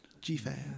G-fan